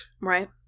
Right